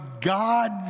God